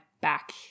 back